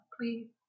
Please